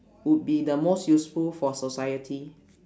would be the most useful for society